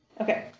Okay